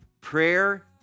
Prayer